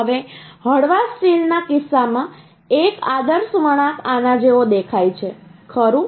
હવે હળવા સ્ટીલના કિસ્સામાં એક આદર્શ વળાંક આના જેવો દેખાય છે ખરું